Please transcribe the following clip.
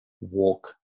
walk